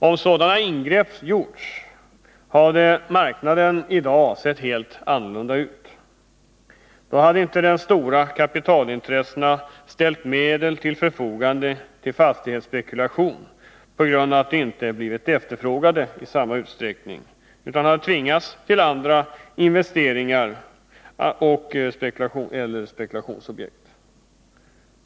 Om sådana ingrepp gjorts, hade marknaden i dag sett helt annorlunda ut. Då hade inte de stora kapitalintressena ställt medel till förfogande i fastighetsspekulation, på grund av att kapitalet inte hade blivit efterfrågat i samma utsträckning, utan de hade tvingats sätta pengarna i andra investeringseller spekulationsobjekt.